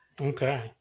Okay